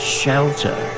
shelter